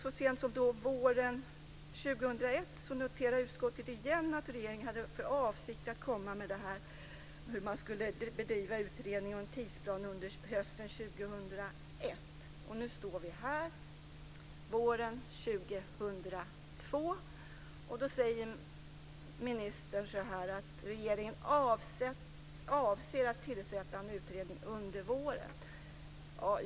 Så sent som våren 2001 noterade utskottet igen att regeringen hade för avsikt att komma med förslag om hur man skulle bedriva utredningen och en tidsplan under hösten 2001. Nu står vi här, våren 2002, och ministern säger att regeringen avser att tillsätta en utredning under våren.